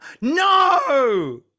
No